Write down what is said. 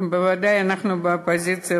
וודאי שאנחנו באופוזיציה,